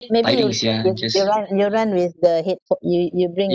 maybe you you you run you run with the headph~ you bring